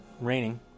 raining